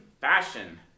fashion